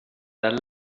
the